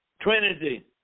Trinity